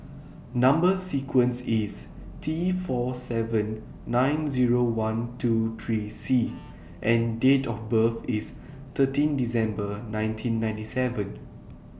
Number sequence IS T four seven nine Zero one two three C and Date of birth IS thirteen December nineteen ninety seven